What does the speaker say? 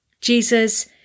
Jesus